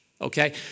Okay